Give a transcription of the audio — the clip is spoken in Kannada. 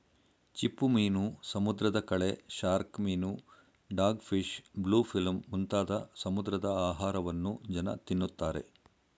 ಚಿಪ್ಪುಮೀನು, ಸಮುದ್ರದ ಕಳೆ, ಶಾರ್ಕ್ ಮೀನು, ಡಾಗ್ ಫಿಶ್, ಬ್ಲೂ ಫಿಲ್ಮ್ ಮುಂತಾದ ಸಮುದ್ರದ ಆಹಾರವನ್ನು ಜನ ತಿನ್ನುತ್ತಾರೆ